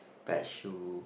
batch who